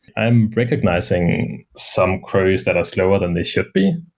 i'm recognizing some queries that are slower than they should be.